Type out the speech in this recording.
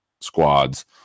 squads